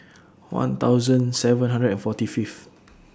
one thousand seven hundred and forty Fifth